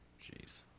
jeez